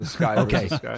okay